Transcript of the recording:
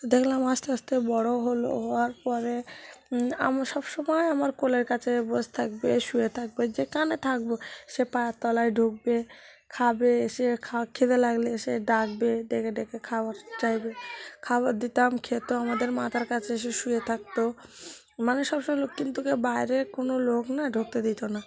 দেখলাম আস্তে আস্তে বড় হলো হওয়ার পরে আমার সবসময় আমার কোলের কাছে বসে থাকবে শুয়ে থাকবে যেখানে থাকব সে পায়ের তলায় ঢুকবে খাবে এসে খা খিদে লাগলে এসে ডাকবে ডেকে ডেকে খাবার চাইবে খাবার দিতাম খেত আমাদের মাথার কাছে এসে শুয়ে থাকত মানে সবসময় লোক কিন্তু কেউ বাইরের কোনো লোক না ঢুকতে দিত না